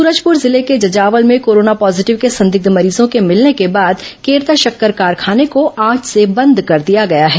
सूरजपुर जिले के जजावल में कोरोना पॉजीटिव के संदिग्ध मरीजों के मिलने के बाद केरता शक्कर कारखाना को आज से बंद कर दिया गया है